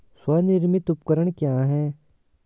स्वनिर्मित उपकरण क्या है?